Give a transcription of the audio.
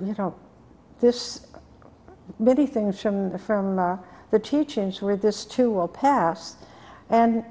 you know this maybe things from the from the teachings were this too will pass and